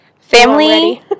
Family